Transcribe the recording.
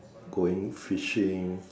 going fishing